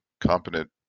competent